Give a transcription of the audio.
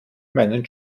meinen